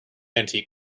antique